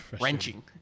wrenching